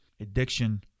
Addiction